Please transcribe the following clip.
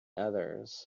others